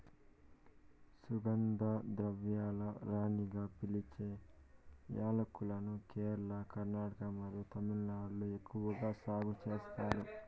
సుగంధ ద్రవ్యాల రాణిగా పిలిచే యాలక్కులను కేరళ, కర్ణాటక మరియు తమిళనాడులో ఎక్కువగా సాగు చేస్తారు